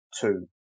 two